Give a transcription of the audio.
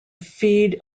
feed